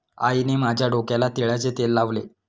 आईने माझ्या डोक्याला तिळाचे तेल लावले